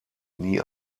nie